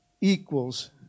equals